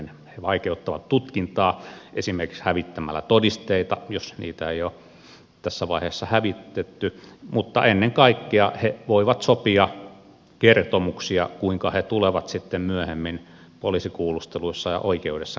he vaikeuttavat tutkintaa esimerkiksi hävittämällä todisteita jos niitä ei ole tässä vaiheessa hävitetty mutta ennen kaikkea he voivat sopia kertomuksia kuinka he tulevat sitten myöhemmin poliisikuulusteluissa ja oikeudessa kertomaan